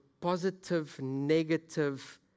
positive-negative